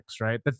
right